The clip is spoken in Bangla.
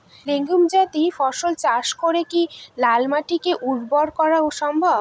লেগুম জাতীয় ফসল চাষ করে কি লাল মাটিকে উর্বর করা সম্ভব?